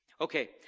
Okay